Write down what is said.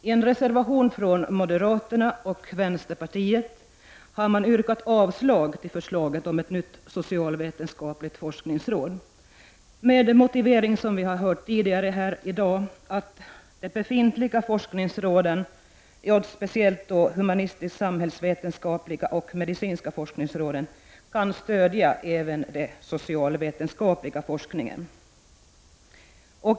I en reservation från moderata samlingspartiet och vänsterpartiet har man yrkat avslag på förslaget om ett nytt socialvetenskapligt forskningsråd med den motivering vi fått här tidigare i dag, att de befintliga forskningsråden, speciellt då humanistisk-samhällsvetenskapliga och medicinska forskningsråden, kan stödja även den socialvetenskapliga forskningen.